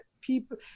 people